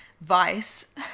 Vice